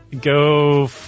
Go